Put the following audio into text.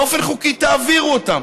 באופן חוקי תעבירו אותם,